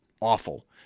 awful